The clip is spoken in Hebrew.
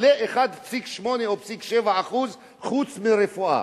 ל-1.8% או 1.7%, חוץ מרפואה.